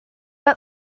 got